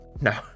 no